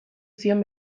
zion